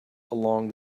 along